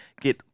get